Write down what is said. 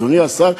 אדוני השר,